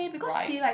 right